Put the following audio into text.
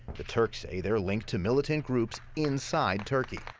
the turks say they're linked to militant groups inside turkey.